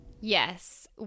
Yes